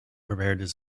prepared